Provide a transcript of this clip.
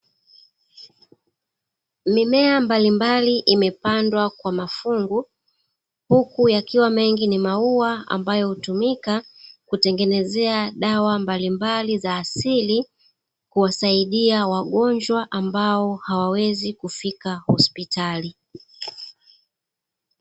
Mimea mbalimbali imepandwa kwa mafungu, huku yakiwa mengi ni maua ambayo hutumika kutengenezea dawa mbalimbali za asili, kuwasaidia wagonjwa ambao hawawezi kufika hospitali.